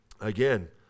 Again